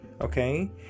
okay